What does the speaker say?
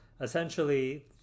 essentially